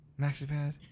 MaxiPad